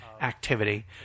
activity